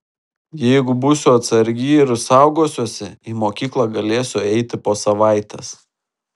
jeigu būsiu atsargi ir saugosiuosi į mokyklą galėsiu eiti po savaitės